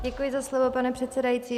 Děkuji za slovo, pane předsedající.